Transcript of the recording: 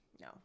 No